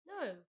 No